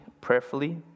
prayerfully